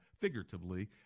figuratively